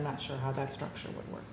i'm not sure how that structure would work